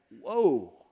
Whoa